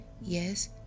Yes